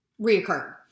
reoccur